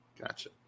gotcha